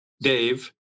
Dave